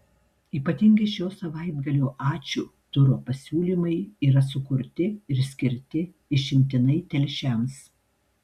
ypatingi šio savaitgalio ačiū turo pasiūlymai yra sukurti ir skirti išimtinai telšiams